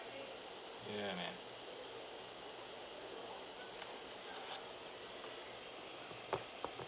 ya man